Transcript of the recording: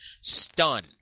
Stun